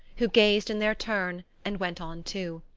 who gazed in their turn and went on too.